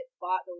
bought